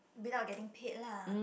without getting paid lah